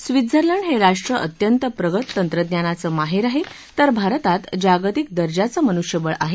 Switzerland हे राष्ट्र अत्यंत प्रगत तंत्रज्ञानाचं माहेर आहे तर भारतात जागतिक दर्जाचं मनुष्यबळ आहे